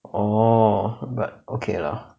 orh but okay lah